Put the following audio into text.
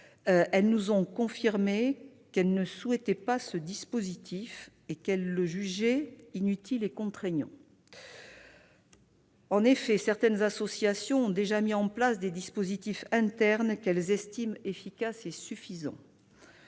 nous ont confirmé qu'ils ne souhaitaient pas ce dispositif, le jugeant inutile et contraignant. En effet, certaines associations ont déjà mis en place des dispositifs internes, qu'elles estiment efficaces et suffisants.